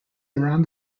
around